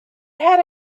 had